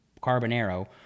Carbonero